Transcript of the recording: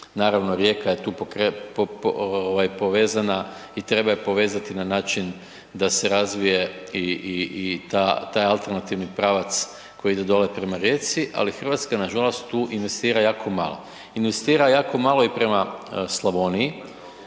Naravno Rijeka je tu povezana i treba je povezati na način da se razvije i taj alternativni pravac koji ide dole prema Rijeci, ali Hrvatska nažalost tu investira jako malo. Investira jako malo i prema Slavoniji